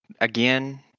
Again